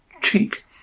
cheek